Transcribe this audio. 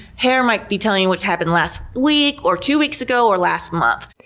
hair might be telling you what's happened last week, or two weeks, ago or last month.